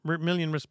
million